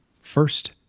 First